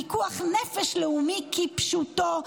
פיקוח נפש לאומי כפשוטו,